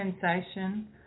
sensation